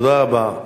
תודה רבה.